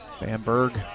Bamberg